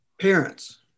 parents